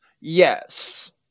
Yes